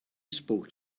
spoke